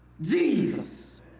Jesus